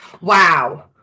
Wow